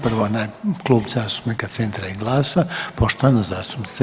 Prvo Klub zastupnika Centra i GLAS-a, poštovana zastupnica